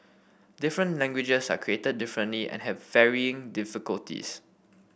different languages are created differently and have varying difficulties